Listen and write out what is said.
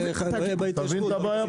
אתה מבין את הבעיה?